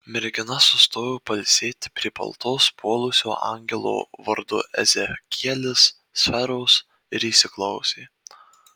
mergina sustojo pailsėti prie baltos puolusio angelo vardu ezekielis sferos ir įsiklausė